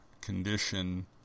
condition